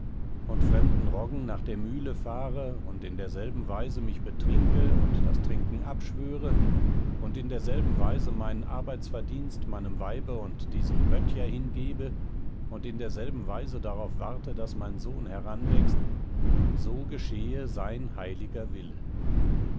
und fremden roggen nach der mühle fahre und in derselben weise mich betrinke und das trinken abschwöre und in derselben weise meinen arbeitsverdienst meinem weibe und diesem böttcher hingebe und in derselben weise darauf warte daß mein sohn heranwächst so geschehe sein heiliger wille